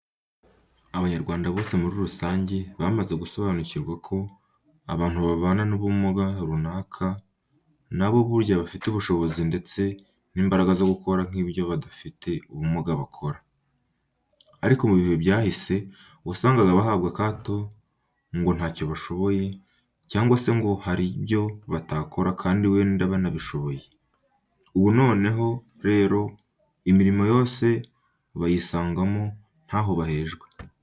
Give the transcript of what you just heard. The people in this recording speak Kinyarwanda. Abanyarwanda bose muri rusange bamaze gusobanukirwa ko abantu babana n'ubumuga runaka na bo burya bafite ubushobozi ndetse n'imbaraga zo gukora nk'ibyo abadafite ubumuga bakora. Ariko mu bihe byahise wasangaga bahabwa akato ngo ntacyo bashoboye, cyangwa se ngo hari ibyo batakora kandi wenda banabishoboye. Ubu noneho rero imirimo yose bayisangamo ntaho bahejwe.